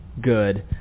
good